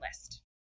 list